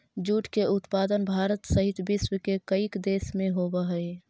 jute के उत्पादन भारत सहित विश्व के कईक देश में होवऽ हइ